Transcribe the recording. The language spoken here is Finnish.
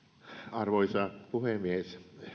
arvoisa puhemies